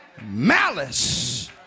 Malice